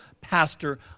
pastor